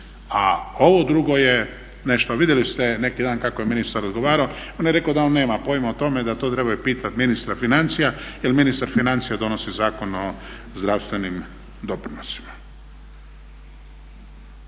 A ovo drugo je nešto. Vidjeli ste neki dan kako je ministar odgovarao. On je rekao da on nema pojma o tome, da to trebaju pitati ministra financija, jer ministar financija donosi Zakon o zdravstvenim doprinosima.